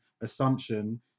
assumption